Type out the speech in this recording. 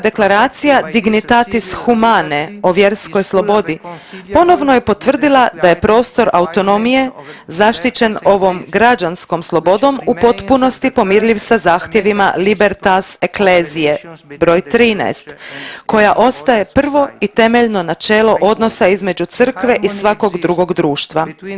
deklaracija „Dignitatis humanae“ o vjerskoj slobodi ponovno je potvrdila da je prostor autonomije zaštićen ovom građanskom slobodom u potpunosti pomirljiv sa zahtjevima „Libertas ecclesiae“ br. 13 koja ostaje prvo i temeljno načelo odnosa između Crkve i svakog drugog društva.